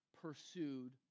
pursued